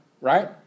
Right